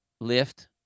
lift